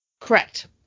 Correct